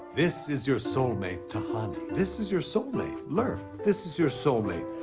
this is your soul mate, tahani this is your soul mate, lerf this is your soul mate,